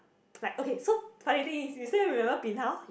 like okay so funny thing is